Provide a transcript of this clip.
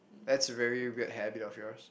that's a very weird habit of yours